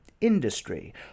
Industry